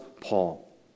Paul